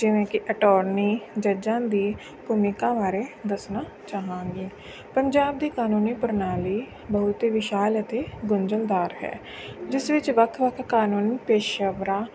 ਜਿਵੇਂ ਕਿ ਅਟੋਰਨੀ ਜੱਜਾਂ ਦੀ ਭੂਮਿਕਾ ਬਾਰੇ ਦੱਸਣਾ ਚਾਹਾਂਗੀ ਪੰਜਾਬ ਦੀ ਕਾਨੂੰਨੀ ਪ੍ਰਣਾਲੀ ਬਹੁਤ ਵਿਸ਼ਾਲ ਅਤੇ ਗੁੰਝਲਦਾਰ ਹੈ ਜਿਸ ਵਿੱਚ ਵੱਖ ਵੱਖ ਕਾਨੂੰਨ ਪੇਸ਼ਾਵਰਾਂ